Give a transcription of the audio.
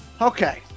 Okay